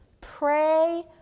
Pray